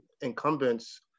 incumbents